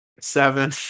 seven